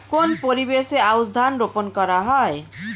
কোন পরিবেশে আউশ ধান রোপন করা হয়?